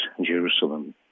Jerusalem